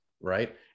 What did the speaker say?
right